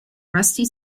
rusty